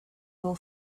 will